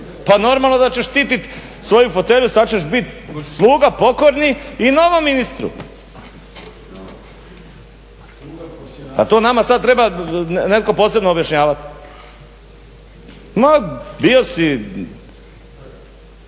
Pa normalno da ćeš štitit svoju fotelju, sad ćeš biti sluga pokorni i novom ministru. Pa to nama sad treba netko posebno objašnjavati? Bio si